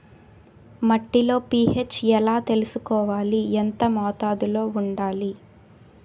మట్టిలో పీ.హెచ్ ఎలా తెలుసుకోవాలి? ఎంత మోతాదులో వుండాలి?